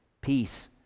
peace